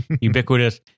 ubiquitous